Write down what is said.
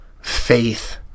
faith